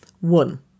One